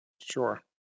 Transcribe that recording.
Sure